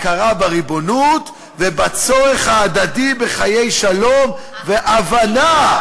הכרה בריבונות ובצורך ההדדי בחיי שלום והבנה".